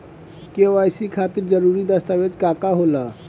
KYC खातिर जरूरी दस्तावेज का का होला?